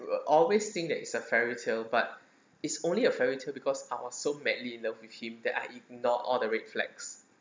will always think that is a fairy tale but it's only a fairy tale because I was so madly in love with him that I ignore all the red flags